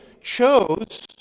chose